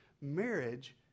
marriage